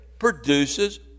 produces